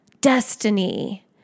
destiny